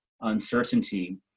uncertainty